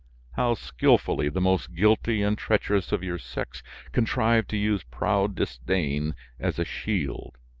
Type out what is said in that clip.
how skilfully the most guilty and treacherous of your sex contrive to use proud disdain as a shield!